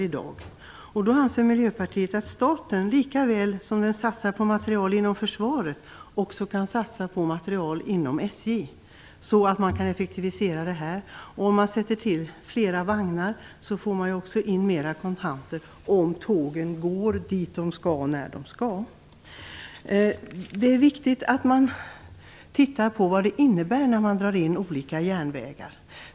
Miljöpartiet anser att staten likaväl som den satsar på materiel inom försvaret också kan satsa på materiel inom SJ så att man kan effektivisera. Om man sätter in flera vagnar får man också mera kontanter, om tågen går dit de skall när de skall. Det är viktigt att man tittar på vad det innebär när man drar in olika järnvägar.